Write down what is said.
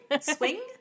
Swing